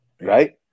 Right